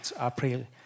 April